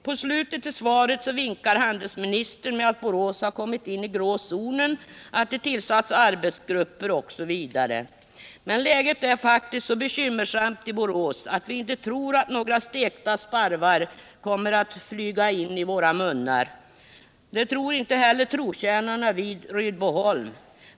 På slutet i svaret vinkar handelsministern med att Borås har kommit in i grå zonen, att det har tillsatts arbetsgrupper osv. Men läget är faktiskt så bekymmersamt i Borås att vi inte tror att några stekta sparvar skall komma flygande i våra munnar. Det tror inte heller trotjänarna vid Rydboholm.